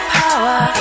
power